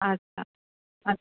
আচ্ছা আচ্ছা